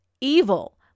evil